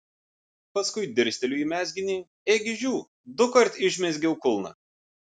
paskui dirsteliu į mezginį ėgi žiū dukart išmezgiau kulną